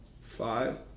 five